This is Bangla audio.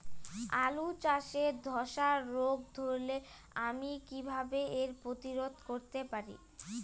আলু চাষে ধসা রোগ ধরলে আমি কীভাবে এর প্রতিরোধ করতে পারি?